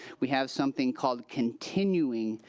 we have something called continuing